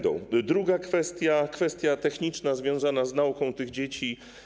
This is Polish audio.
Druga kwestia jest kwestią techniczną związaną z nauką tych dzieci.